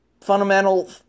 fundamental